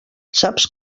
saps